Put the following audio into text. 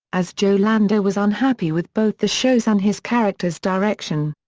as joe lando was unhappy with both the show's and his character's direction.